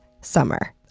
summer